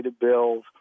bills